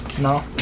No